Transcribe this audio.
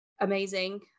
amazing